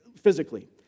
physically